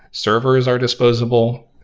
servers are disposable.